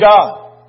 God